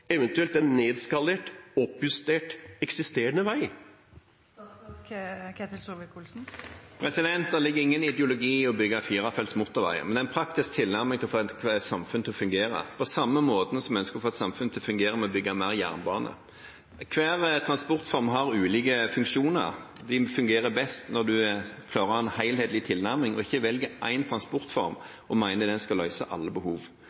eventuelt en nedskalert, oppjustert eksisterende vei? Det ligger ingen ideologi i å bygge firefelts motorvei, men en praktisk tilnærming til å få et samfunn til å fungere, på samme måte som man ønsker å få et samfunn til å fungere med å bygge mer jernbane. Hver transportform har ulike funksjoner. De fungerer best når man fører en helhetlig tilnærming og ikke velger én transportform og mener at den skal løse alle behov